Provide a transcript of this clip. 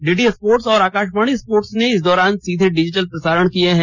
DD sports और Akashvani sports ने इस दौरान सीधे डिजिटल प्रसारण किये हैं